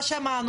מה שמענו,